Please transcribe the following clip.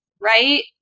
Right